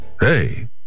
Hey